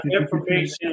information